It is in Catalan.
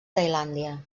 tailàndia